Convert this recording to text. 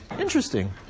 Interesting